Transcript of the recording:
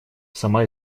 сама